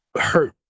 hurt